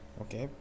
okay